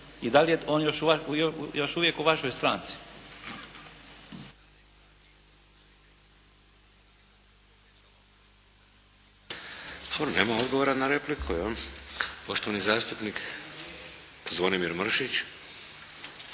I da li je on još uvijek u vašoj stranci?